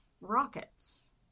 Rockets